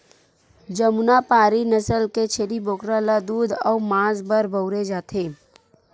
जमुनापारी नसल के छेरी बोकरा ल दूद अउ मांस बर बउरे जाथे